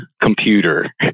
computer